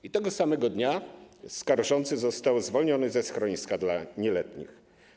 I tego samego dnia skarżący został zwolniony ze schroniska dla nieletnich.